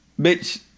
bitch